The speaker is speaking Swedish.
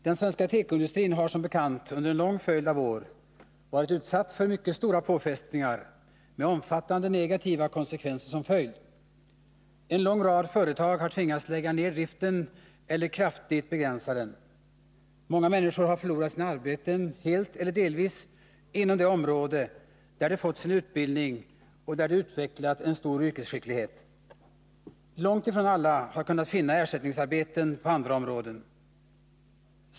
Herr talman! Den svenska tekoindustrin har som bekant under en lång följd av år varit utsatt för mycket stora påfrestningar med omfattande negativa konsekvenser. En lång rad företag har tvingats lägga ned driften eller kraftigt begränsa den. Många människor har förlorat sina arbeten helt eller delvis inom det område där de fått sin utbildning och där de utvecklat en stor yrkesskicklighet. Långt ifrån alla har kunnat finna ersättningsarbeten på andra områden.